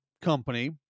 company